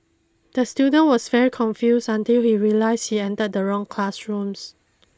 the student was very confused until he realised he entered the wrong classroom